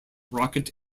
rocket